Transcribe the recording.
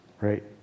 right